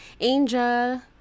Angel